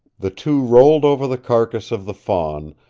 the two rolled over the carcass of the fawn,